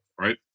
right